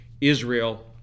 Israel